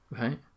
Right